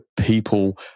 people